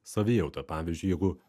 savijautą pavyzdžiui jeigu